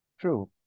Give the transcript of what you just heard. True